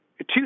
two